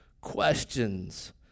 questions